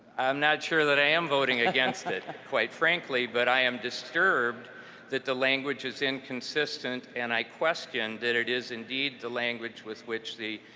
i'm not sure that i am voting against it, quite frankly, but i am disturbed that the language is inconsistent and i question that it is, indeed, the language with which the